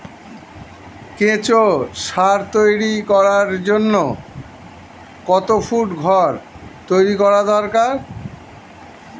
কেঁচো সার তৈরি করার জন্য কত ফুট ঘর তৈরি করা দরকার?